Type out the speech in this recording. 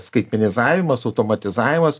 skaitmenizavimas automatizavimas